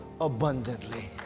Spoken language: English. abundantly